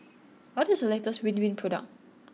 what is the latest Ridwind product